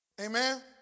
Amen